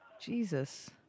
Jesus